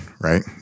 right